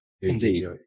Indeed